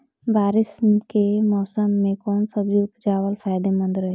बारिश के मौषम मे कौन सब्जी उपजावल फायदेमंद रही?